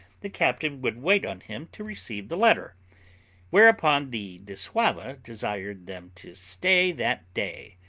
the captain would wait on him to receive the letter whereupon the dissauva desired them to stay that day,